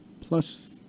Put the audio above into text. Plus